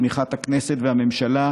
תמיכת הכנסת והממשלה,